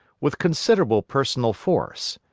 with considerable personal force.